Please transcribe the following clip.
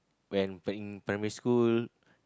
when in primary school